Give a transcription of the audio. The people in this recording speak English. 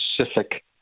specific